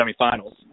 semifinals